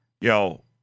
yo